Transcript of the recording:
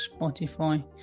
Spotify